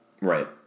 Right